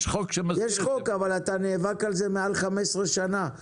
יש חוק אבל נאבקים על זה מעל 15 שנה.